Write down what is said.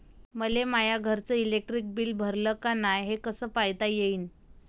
मले माया घरचं इलेक्ट्रिक बिल भरलं का नाय, हे कस पायता येईन?